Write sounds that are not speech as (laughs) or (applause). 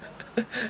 (laughs)